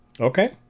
Okay